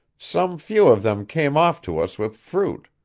some few of them came off to us with fruit.